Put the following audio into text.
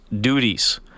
duties